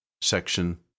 Section